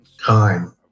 time